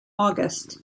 august